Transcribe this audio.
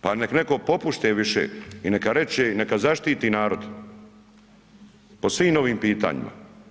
Pa neka netko popusti više i neka kaže, neka zaštiti narod po svim ovim pitanjima.